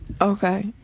Okay